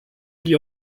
gli